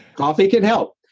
coffee can help,